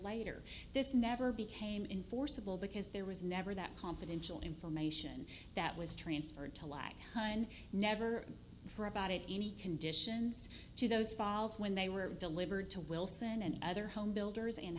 later this never became in forcible because there was never that confidential information that was transferred to lie and never for about it any conditions to those files when they were delivered to wilson and other home builders and